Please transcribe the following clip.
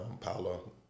Paulo